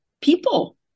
people